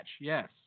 Yes